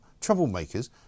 troublemakers